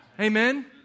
Amen